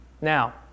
Now